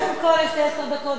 קודם כול, יש לי עשר דקות.